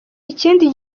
ikindi